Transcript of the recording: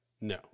No